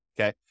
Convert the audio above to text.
Okay